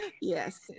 Yes